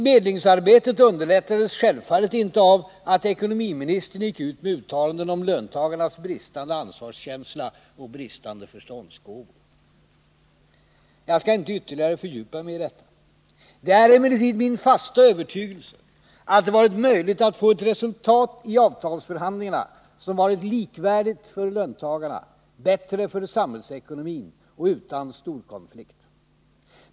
Medlingsarbetet underlättades självfallet inte av att ekonomiministern gick ut med uttalanden om löntagarnas bristande ansvarskänsla och bristande förståndsgåvor. Jag skall inte ytterligare fördjupa mig i detta. Det är emellertid min fasta övertygelse att det varit möjligt att få ett resultat i avtalsförhandlingarna som varit likvärdigt för löntagarna, bättre för samhällsekonomin och utan storkonflikt.